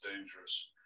dangerous